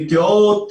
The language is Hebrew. נטיעות,